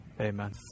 Amen